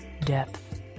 depth